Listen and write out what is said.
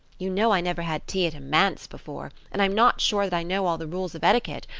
you know i never had tea at a manse before, and i'm not sure that i know all the rules of etiquette,